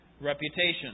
reputation